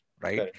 right